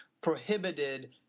prohibited